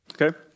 Okay